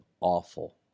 awful